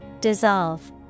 Dissolve